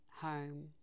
home